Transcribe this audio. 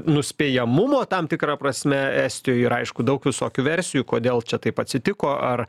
nuspėjamumo tam tikra prasme estijoj ir aišku daug visokių versijų kodėl čia taip atsitiko ar